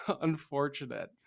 Unfortunate